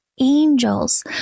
angels